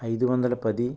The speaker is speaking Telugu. ఐదు వందల పది